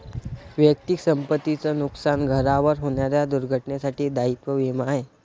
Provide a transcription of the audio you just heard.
वैयक्तिक संपत्ती च नुकसान, घरावर होणाऱ्या दुर्घटनेंसाठी दायित्व विमा आहे